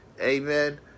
amen